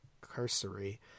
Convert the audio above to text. cursory